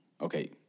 okay